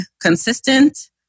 consistent